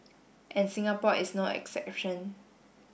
and Singapore is no exception